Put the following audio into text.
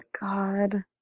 God